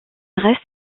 reste